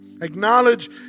Acknowledge